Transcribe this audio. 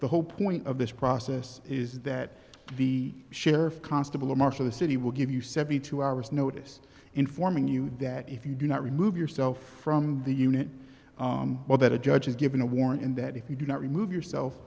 the whole point of this process is that the sheriff constable or marshall the city will give you seventy two hours notice informing you that if you do not remove yourself from the unit well that a judge is given a warrant and that if you do not remove yourself